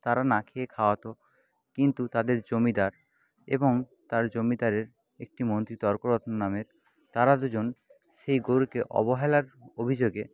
তারা না খেয়ে খাওয়াত কিন্তু তাদের জমিদার এবং তার জমিদারের একটি মন্ত্রী তর্করত্ন নামের তারা দুজন সেই গরুকে অবহেলার অভিযোগে